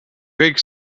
kõik